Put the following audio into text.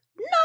no